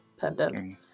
pendant